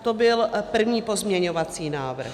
To byl první pozměňovací návrh.